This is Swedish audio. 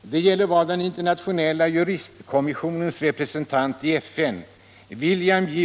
Det gäller vad den internationella juristkommissionens representant i FN, William J.